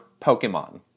Pokemon